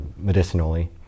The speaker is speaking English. medicinally